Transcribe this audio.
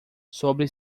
sobre